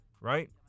right